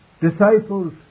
Disciples